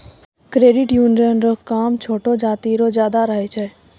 credit union रो काम छोटो जाति रो ज्यादा रहै छै